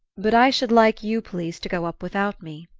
but i should like you, please, to go up without me.